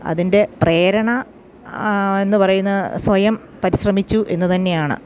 അതിൻ്റെ പ്രേരണ എന്ന് പറയുന്നത് സ്വയം പരിശ്രമിച്ചുവെന്നത് തന്നെയാണ്